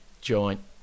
joint